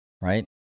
Right